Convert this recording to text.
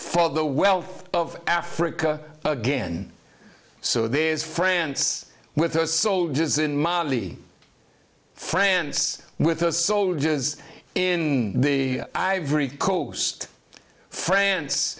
for the wealth of africa again so there's france with us soldiers in mali france with us soldiers in the ivory coast france